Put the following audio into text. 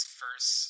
first